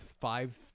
five